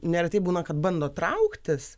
neretai būna kad bando trauktis